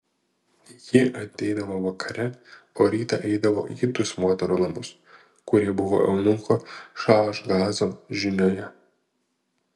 ji ateidavo vakare o rytą eidavo į kitus moterų namus kurie buvo eunucho šaašgazo žinioje